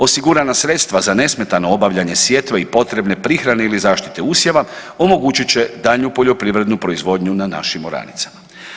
Osigurana sredstava za nesmetano obavljanje sjetve i potrebne prihrane ili zaštite usjeva omogućit će daljnju poljoprivrednu proizvodnju na našim oranicama.